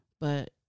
But-